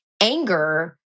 anger